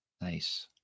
Nice